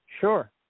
Sure